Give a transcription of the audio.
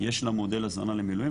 יש לה מודל הזנה למילואים,